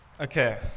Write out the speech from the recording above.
Okay